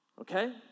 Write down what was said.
Okay